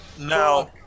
Now